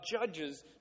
judges